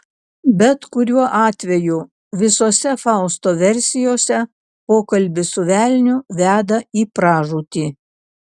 bet kuriuo atveju visose fausto versijose pokalbis su velniu veda į pražūtį